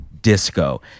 Disco